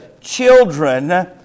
children